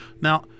Now